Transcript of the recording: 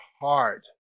heart